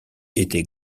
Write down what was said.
était